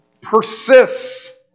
persists